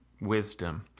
wisdom